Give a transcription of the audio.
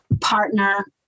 partner